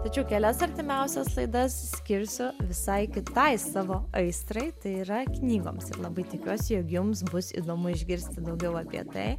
tačiau kelias artimiausias laidas skirsiu visai kitai savo aistrai tai yra knygoms ir labai tikiuosi jog jums bus įdomu išgirsti daugiau apie tai